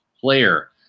player